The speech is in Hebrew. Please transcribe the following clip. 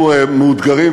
אנחנו מאותגרים,